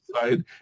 side